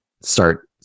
start